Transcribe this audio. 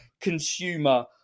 consumer